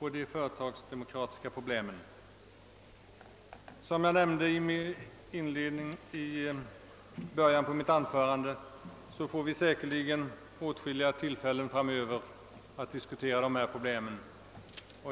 när det gäller de företagsdemokratiska problemen. Som jag nämnde i början av mitt anförande får vi säkerligen åtskilliga tillfällen framöver att diskutera dessa problem.